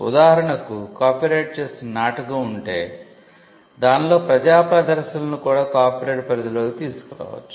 ఉదాహరణకు కాపీరైట్ చేసిన నాటకం ఉంటే దానిలో ప్రజా ప్రదర్శనలను కూడా కాపీరైట్ పరిధిలోకి తీసుకు రావచ్చు